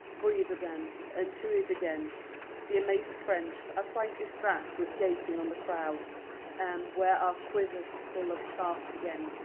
breath, then, and to it again the amazed french are quite distract with gazing on the crows and, were our quivers full of shafts again,